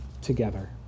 together